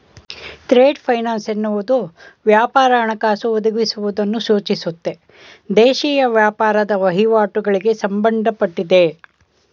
trade finance ಎನ್ನುವುದು ವ್ಯಾಪಾರ ಹಣಕಾಸು ಒದಗಿಸುವುದನ್ನು ಸೂಚಿಸುತ್ತೆ ದೇಶೀಯ ವ್ಯಾಪಾರದ ವಹಿವಾಟುಗಳಿಗೆ ಸಂಬಂಧಪಟ್ಟಿದೆ